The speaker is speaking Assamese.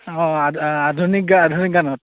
অঁ আধুনিক গা আধুনিক গানত